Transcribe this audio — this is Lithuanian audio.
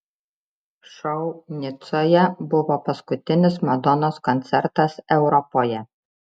šou nicoje buvo paskutinis madonos koncertas europoje